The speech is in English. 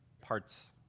parts